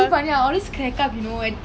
that's why so fast ah